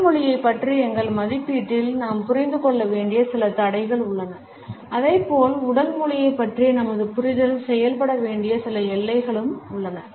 உடல் மொழியைப் பற்றிய எங்கள் மதிப்பீட்டில் நாம் புரிந்து கொள்ள வேண்டிய சில தடைகள் உள்ளன அதே போல் உடல் மொழியைப் பற்றிய நமது புரிதல் செயல்பட வேண்டிய சில எல்லைகளும் உள்ளன